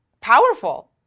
powerful